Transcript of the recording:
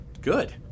Good